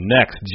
Next